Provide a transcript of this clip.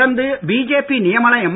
தொடர்ந்து பிஜேபி நியமன எம்